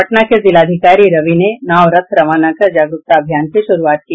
पटना के जिलाधिकारी कुमार रवि ने नाव रथ रवाना कर जागरुकता अभियान की शुरूआत की